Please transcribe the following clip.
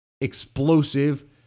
explosive